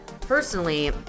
Personally